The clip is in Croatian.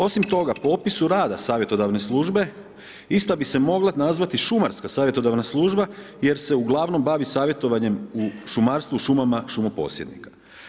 Osim toga po opisu rada savjetodavne službe ista bi se mogla nazvati šumarska savjetodavna služba jer se uglavnom bavi savjetovanjem u šumarstvu, šumama šumoposjednika.